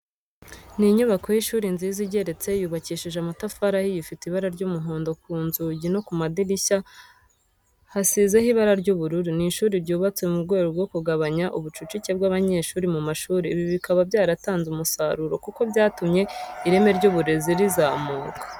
Ni inyubako y'ishuri nziza igeretse, yubakishije amatafari ahiye ifite ibara ry'umuhondo, ku nzugi no ku madirishya hasizeho ibara ry'ubururu. Ni ishuri ryubatwe mu rwego rwo kugabanya ubucucike bw'abanyeshuri mu mashuri. Ibi bikaba byaratanze umusaruro kuko byatumye ireme ry'uburezi rizamuka.